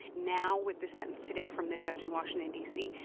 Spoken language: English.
now, with the sentence today from the judge in washington, d c,